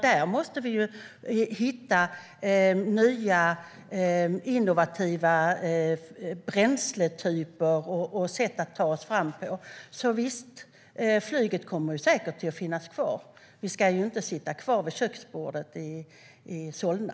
Där måste vi hitta nya innovativa bränsletyper och sätt att ta oss fram på. Visst kommer flyget att finnas kvar. Vi ska inte sitta kvar vid köksbordet i Solna.